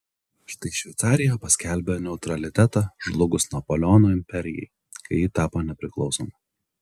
štai šveicarija paskelbė neutralitetą žlugus napoleono imperijai kai ji tapo nepriklausoma